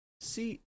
See